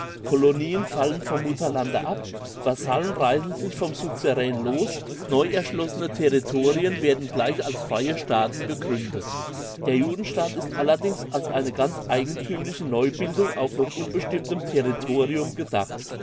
colonien fallen vom mutterlande ab vasallen reissen sich vom suzerän los neuerschlossene territorien werden gleich als freie staaten gegründet der judenstaat ist allerdings als eine ganz eigenthümliche neubildung auf noch unbestimmtem territorium gedacht